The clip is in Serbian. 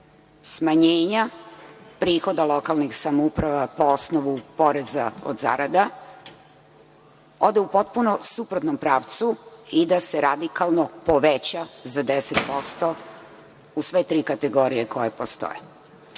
smanjenja prihoda lokalnih samouprava po osnovu poreza na zarada, ode u suprotnom pravcu i da se radikalno poveća deset posto u sve tri kategorije koje postoje. Smatram